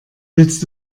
willst